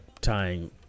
tying